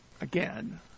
again